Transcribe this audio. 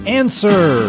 answer